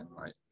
right